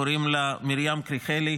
קוראים לה מרים קריכלי.